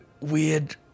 weird